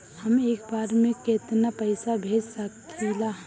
हम एक बार में केतना पैसा भेज सकिला?